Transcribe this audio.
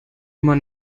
immer